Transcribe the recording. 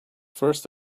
first